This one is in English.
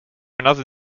another